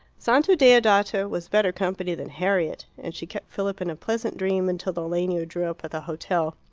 santa deodata was better company than harriet, and she kept philip in a pleasant dream until the legno drew up at the hotel.